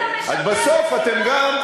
אז בסוף אתם גם,